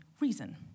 reason